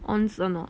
ons or not